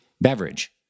beverage